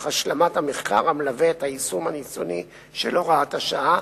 השלמת המחקר המלווה את היישום הניסיוני של הוראת השעה,